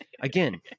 Again